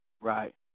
Right